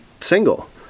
single